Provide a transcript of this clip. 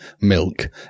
milk